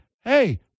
hey